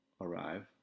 arrive